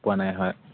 পোৱা নাই হয়